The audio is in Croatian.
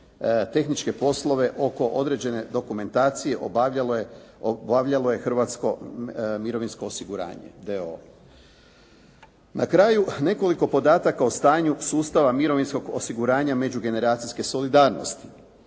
tehničke poslove oko određene dokumentacije obavljalo je Hrvatsko mirovinsko osiguranje, d.o.o. Na kraju nekoliko podataka o stanju sustava mirovinskog osiguranja međugeneracijske solidarnosti.